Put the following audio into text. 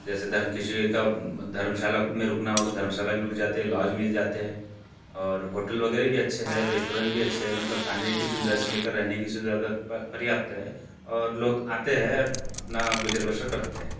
जैसे किसी का धर्मशाला में रुकना हो तो धर्मशाला भी रुक जाते हैं लॉज भी मिल जाते हैं और होटल वगैरह भी अच्छे है रेस्टोरेन्ट भी अच्छे है मतलब खाने की सुविधा से लेकर रहने की सुविधा तक पर्याप्त है और लोग आते हैं अपना गुजर बसर करते हैं